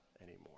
anymore